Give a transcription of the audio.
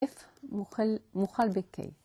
F מוכל ב-K